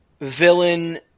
villain